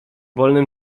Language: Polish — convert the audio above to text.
wolnym